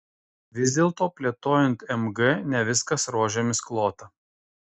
vis dėlto plėtojant mg ne viskas rožėmis klota